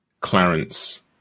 Clarence